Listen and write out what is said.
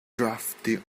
drafty